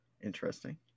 Interesting